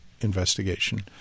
investigation